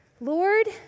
Lord